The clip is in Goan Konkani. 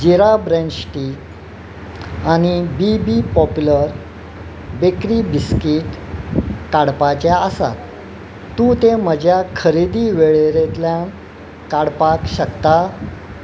जिरा ब्रँड स्टीक आनी बीबी पॉप्युलर बेकरी बिस्कीट काडपाचें आसात तूं तें म्हज्या खरेदी वेळेरेंतल्यान काडपाक शकता